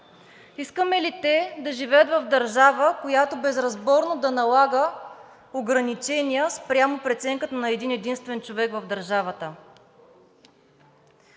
Искаме ли те да живеят в държава, която безразборно да налага ограничения спрямо преценката на един-единствен човек в държавата?